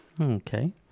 Okay